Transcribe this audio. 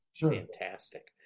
fantastic